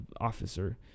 officer